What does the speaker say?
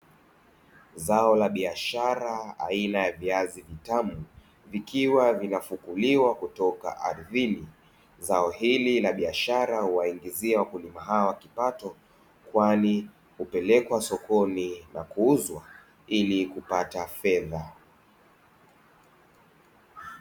Zao la biashara aina ya viazi vitamu vikiwa vinafukuliwa kutoka ardhini. Zao hili la biashara huwaingizia wakulima kipato kwani hupelekwa sokoni na kuuzwa ili kupata fedha.